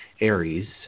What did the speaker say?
Aries